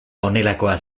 honelakoa